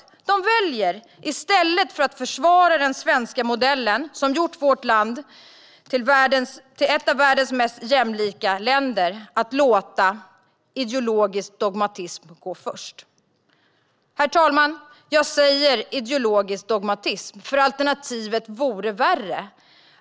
De väljer att låta ideologisk dogmatism gå först i stället för att försvara den svenska modellen som gjort vårt land till ett av världens mest jämlika länder. Herr talman! Jag säger ideologisk dogmatism, för alternativet vore värre.